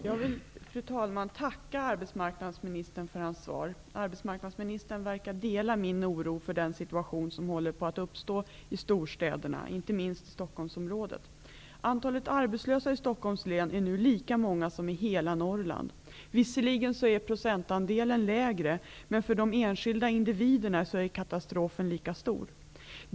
Fru talman! Jag vill tacka arbetsmarknadsministern för hans svar. Arbetsmarknadsministern verkar dela min oro för den situation som håller på att uppstå i storstäderna, inte minst i Antalet arbetslösa i Stockholms län är nu lika stort som i hela Norrland. Visserligen är procentandelen lägre, men för de enskilda individerna är katastrofen lika stor.